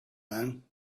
man